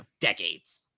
decades